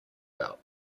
out